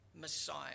Messiah